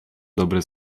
dobre